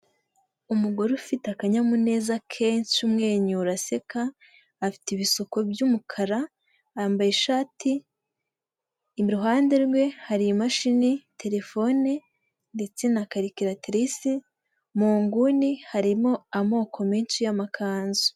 Umugore ufite akanyamuneza kenshi umwenyura aseka afite ibisuko by'umukara yambaye ishati, iruhande rwe hari imashini terefone ndetse na karikaritirise mu nguni harimo amoko menshi y'makanzu.